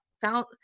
found